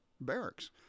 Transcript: barracks